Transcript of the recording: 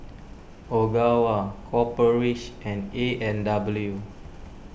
Ogawa Copper Ridge and A and W